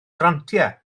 grantiau